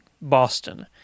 Boston